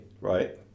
right